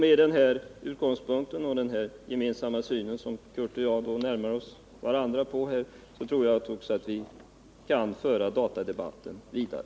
Med den här utgångspunkten och den gemensamma syn som Kurt Hugosson och jag börjar få tror jag också att vi kan föra datadebatten vidare.